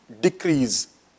decrease